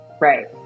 right